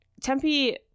Tempe